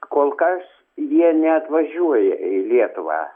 kol kas jie neatvažiuoja į lietuvą